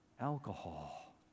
alcohol